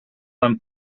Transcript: quan